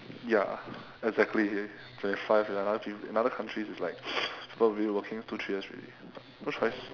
ya exactly twenty five in another few in other countries it's like people will be working two three years already no choice